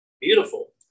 Beautiful